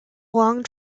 long